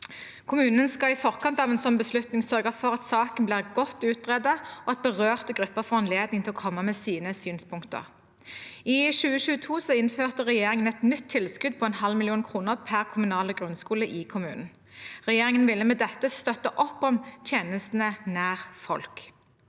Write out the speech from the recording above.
Kommunen skal i forkant av en sånn beslutning sørge for at saken blir godt utredet, og at berørte grupper får anledning til å komme med sine synspunkter. I 2022 innførte regjeringen et nytt tilskudd på en halv million kroner per kommunale grunnskole i kommunen. Regjeringen ville med dette støtte opp om tjenestene nær folk.